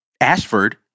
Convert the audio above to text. Ashford